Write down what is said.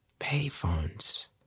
Payphones